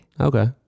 Okay